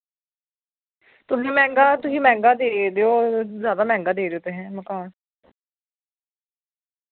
तुसी मैंह्गा तुसी मैंह्गा दे रेओ ज्यादा मैंह्गा दे रेओ तुसें मकान